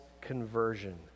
conversion